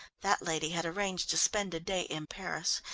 that lady had arranged to spend a day in paris,